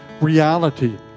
reality